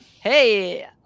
Hey